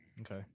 Okay